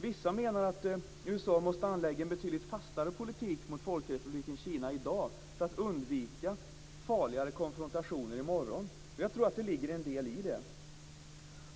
Vissa menar att USA måste anlägga en betydligt fastare politik mot Folkrepubliken Kina i dag för att undvika farligare konfrontationer i morgon. Jag tror att det ligger en del i detta.